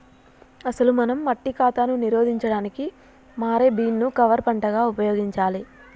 అసలు మనం మట్టి కాతాను నిరోధించడానికి మారే బీన్ ను కవర్ పంటగా ఉపయోగించాలి